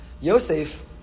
Yosef